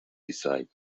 decide